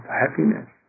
happiness